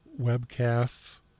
webcasts